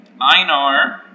Einar